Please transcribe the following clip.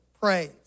praise